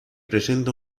presenta